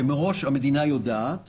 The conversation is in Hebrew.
מראש המדינה יודעת